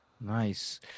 nice